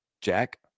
Jack